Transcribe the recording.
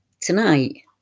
Tonight